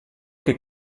che